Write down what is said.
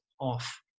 off